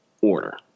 order